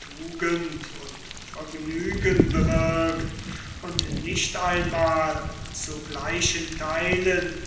tugend und vergnügen bewirkt und nicht einmal zu gleichen theilen